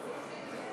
חברי הכנסת,